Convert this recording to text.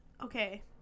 Okay